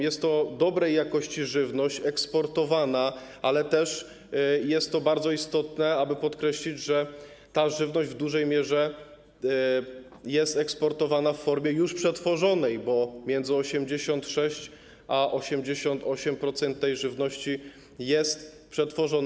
Jest to dobrej jakości żywność eksportowana, ale też jest bardzo istotne, aby podkreślić, że ta żywność w dużej mierze jest eksportowana w formie już przetworzonej, bo między 86% a 88% tej żywności jest przetworzone.